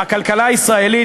הכלכלה הישראלית,